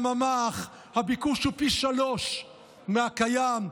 בממ"ח הביקוש הוא פי-שלושה מהקיים.